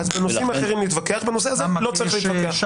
--- לא צריך רב בנאות אפקה א'.